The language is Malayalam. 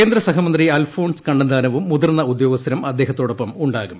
കേന്ദ്ര സഹമന്ത്രി അൽഫോൺസ് കണ്ണന്താനവും മുതിർന്ന ഉദ്യോഗസ്ഥരും അദ്ദേഹത്തോടൊപ്പം ഉണ്ടാകും